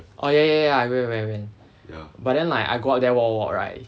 oh ya ya ya I went I went I went but then like I go up there walk walk right